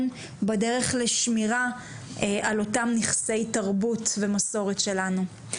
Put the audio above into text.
בדרך לשמירה על אותם נכסי תרבות ומסורת שלנו.